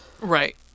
right